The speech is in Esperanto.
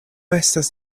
estas